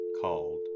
called